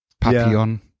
papillon